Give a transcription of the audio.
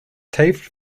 taft